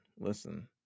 listen